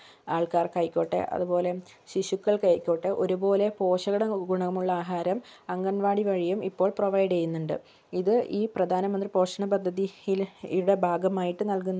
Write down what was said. ആൾക്കാർക്കായിക്കോട്ടെ അതുപോലെ ശിശുക്കൾക്കായിക്കോട്ടെ ഒരുപോലെ പോഷകഗുണമുള്ള ആഹാരം അംഗൻവാടി വഴിയും ഇപ്പോൾ പ്രൊവൈഡ് ചെയ്യുന്നുണ്ട് ഇത് ഈ പ്രധാനമന്ത്രി പോഷണ പദ്ധതിയുടെ ഭാഗമായിട്ട് നൽകുന്ന